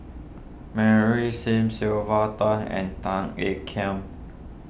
Mary Sim Sylvia Tan and Tan Ean Kiam